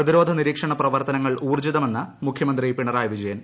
പ്രതിരോധ നിരീക്ഷണ പ്രവർത്തനങ്ങൾ ഊർജ്ജിതമെന്ന് മുഖ്യമന്ത്രി പിണറായി വിജയൻ